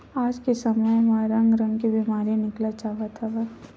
आज के समे म रंग रंग के बेमारी निकलत जावत हवय